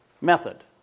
method